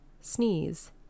sneeze